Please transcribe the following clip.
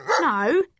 No